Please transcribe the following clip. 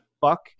fuck